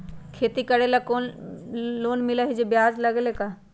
खेती करे ला लोन मिलहई जे में ब्याज न लगेला का?